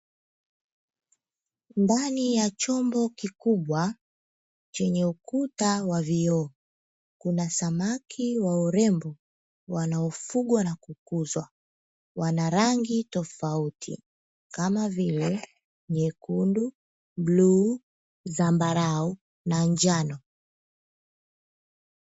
Ndani ya chombo kikubwa chenye ukuta wa vioo kuna samaki wa urembo wanaofugwa na kukuzwa wana rangi tofauti kama vile nyekundu, bluu, zamabrau na njano.